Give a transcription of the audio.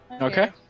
okay